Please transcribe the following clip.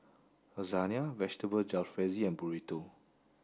Lasagna Vegetable Jalfrezi and Burrito